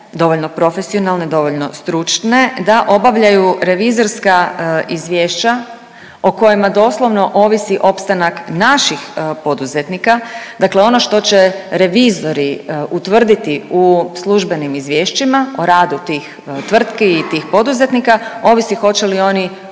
dovoljno profesionalne, dovoljno stručne da obavljaju revizorska izvješća o kojima doslovno ovisi opstanak naših poduzetnika, dakle ono što će revizori utvrditi u službenim izvješćima o radu tih tvrtki i tih poduzetnika, ovisi hoće li oni